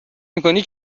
میکنی